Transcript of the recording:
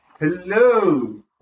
Hello